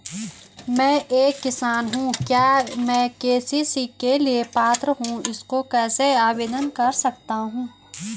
मैं एक किसान हूँ क्या मैं के.सी.सी के लिए पात्र हूँ इसको कैसे आवेदन कर सकता हूँ?